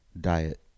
diet